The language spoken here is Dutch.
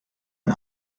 een